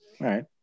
right